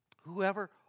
Whoever